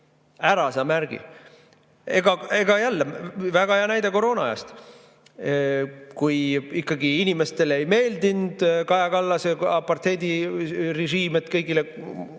Ära sa märgi! Jälle, väga hea näide koroonaajast. Kui ikkagi inimestele ei meeldinud Kaja Kallase apartheidirežiim, et kõigile